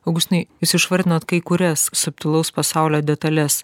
augustinai jūs išvardinot kai kurias subtilaus pasaulio detales